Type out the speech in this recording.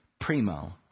Primo